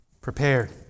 prepared